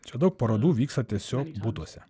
čia daug parodų vyksta tiesiog butuose